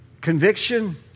conviction